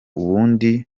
ubundi